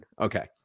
Okay